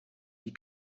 dis